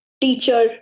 teacher